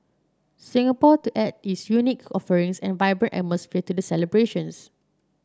Singapore to add its unique offerings and vibrant atmosphere to the celebrations